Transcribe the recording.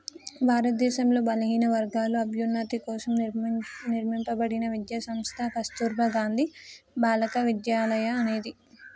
భారతదేశంలో బలహీనవర్గాల అభ్యున్నతి కోసం నిర్మింపబడిన విద్యా సంస్థ కస్తుర్బా గాంధీ బాలికా విద్యాలయ అనేది